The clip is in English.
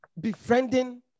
Befriending